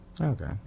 Okay